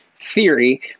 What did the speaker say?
theory